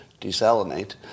desalinate